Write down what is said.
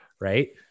Right